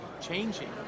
changing